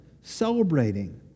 celebrating